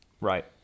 Right